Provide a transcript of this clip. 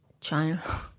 China